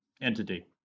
entity